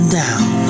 down